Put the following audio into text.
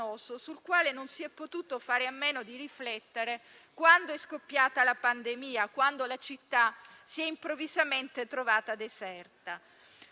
sul quale non si è potuto fare a meno di riflettere quando è scoppiata la pandemia, quando la città si è improvvisamente trovata deserta.